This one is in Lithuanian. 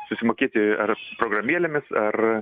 susimokėti ar programėlėmis ar